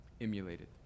emulated